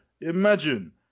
Imagine